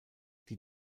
die